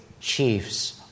chief's